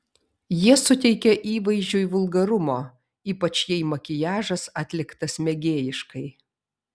jie suteikia įvaizdžiui vulgarumo ypač jei makiažas atliktas mėgėjiškai